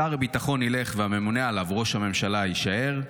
שר הביטחון ילך, והממונה עליו, ראש הממשלה, תישאר?